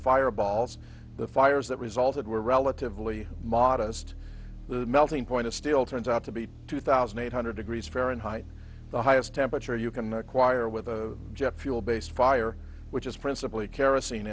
fireballs the fires that resulted were relatively modest the melting point of steel turns out to be two thousand eight hundred degrees fahrenheit the highest temperature you can acquire with a jet fuel based fire which is principally kerosene